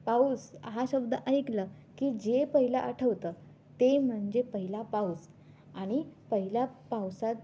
पाऊस हा शब्द ऐकलं की जे पहिलं आठवतं ते म्हणजे पहिला पाऊस आणि पहिल्या पावसात